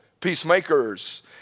Peacemakers